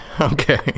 Okay